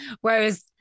whereas